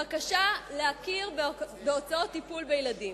בקשה להכיר בהוצאות טיפול בילדים.